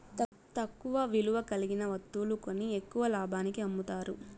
తక్కువ విలువ కలిగిన వత్తువులు కొని ఎక్కువ లాభానికి అమ్ముతారు